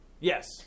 Yes